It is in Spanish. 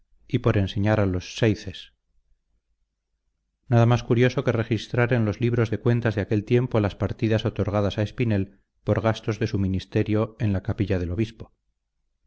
y por enseñar a los seizes nada más curioso que registrar en los libros de cuentas de aquel tiempo las partidas otorgadas a espinel por gastos de su ministerio en la capilla del obispo